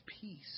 peace